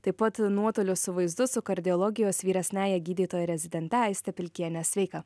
taip pat nuotoliu su vaizdu su kardiologijos vyresniąja gydytoja rezidente aiste pilkiene sveika